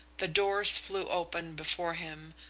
the doors flew open before him,